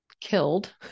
killed